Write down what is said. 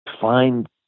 find